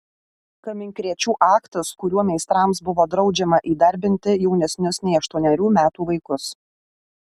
kaminkrėčių aktas kuriuo meistrams buvo draudžiama įdarbinti jaunesnius nei aštuonerių metų vaikus